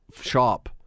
shop